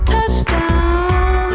Touchdown